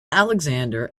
alexander